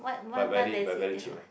but very buy very cheap ah